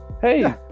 Hey